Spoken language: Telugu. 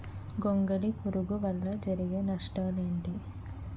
గొంగళి పురుగు వల్ల జరిగే నష్టాలేంటి?